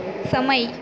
સમય